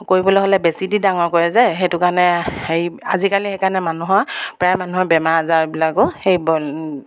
কৰিবলৈ হ'লে বেজি দি ডাঙৰ কৰে যে সেইটো কাৰণে হেৰি আজিকালি সেইকাৰণে মানুহৰ প্ৰায় মানুহৰ বেমাৰ আজাৰবিলাকো সেই